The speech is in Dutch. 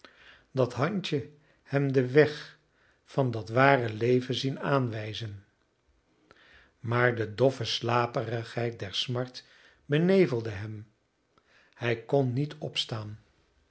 dat handje hem den weg van dat ware leven zien aanwijzen maar de doffe slaperigheid der smart benevelde hem hij kon niet opstaan